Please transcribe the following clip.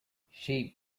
shape